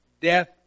death